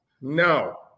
No